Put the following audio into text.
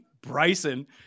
Bryson